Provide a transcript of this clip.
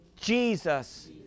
Jesus